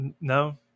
No